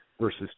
versus